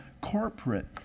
corporate